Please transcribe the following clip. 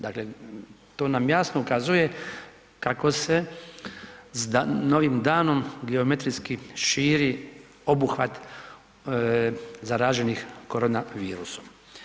Dakle to nam jasno ukazuje kako se s novim danom geometrijski širi obuhvat zaraženih korona virusom.